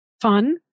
fun